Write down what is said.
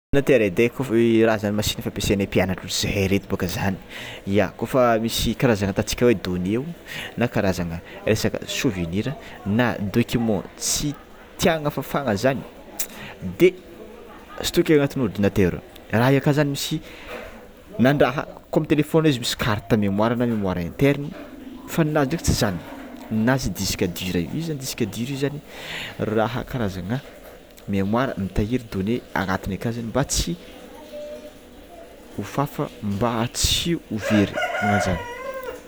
Ordinatera edy e, raha machine fampiasanay mpianatra zahe reto bôka zany, ia kofa misy karazana atantsika donnée na karazana resaka souvenir na document tsy tiagna fafagna zany de stôkeo agnatin'ny ordinateur raha akao zany misy nandraha ko amin'ny telephone izy misy carte memoara na memoara interne nenazy ndraiky tsy zany no nenazy disque dure io zany disque dure io zany raha karazanga memoara mitahiry donnée anatiny aka zany mba tsy ho fafa mba tsy na ho very.